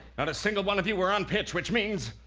not a single one of you were on pitch, which means,